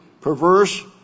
perverse